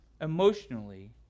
emotionally